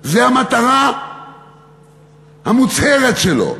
זו המטרה המוצהרת שלו,